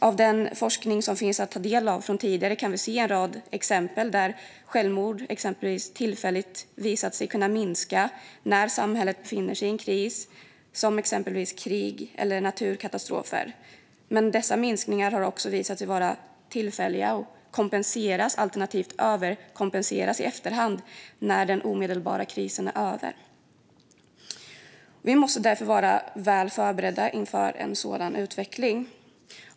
I den forskning som finns att ta del av sedan tidigare kan vi se en rad exempel där självmorden tillfälligt har visat sig kunna minska när samhället befinner sig i en kris, exempelvis krig eller naturkatastrofer. Men dessa minskningar har visat sig vara tillfälliga och kompenseras, alternativt överkompenseras, i efterhand när den omedelbara krisen är över. Vi måste därför vara väl förberedda inför en sådan utveckling.